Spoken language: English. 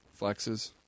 flexes